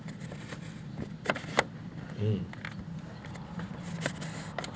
um